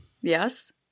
Yes